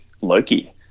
Loki